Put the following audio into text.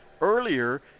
Earlier